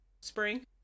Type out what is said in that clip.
spring